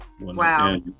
Wow